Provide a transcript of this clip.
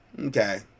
Okay